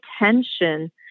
attention